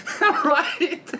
Right